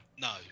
no